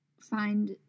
find